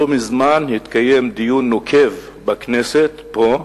לא מזמן התקיים דיון נוקב בכנסת, פה,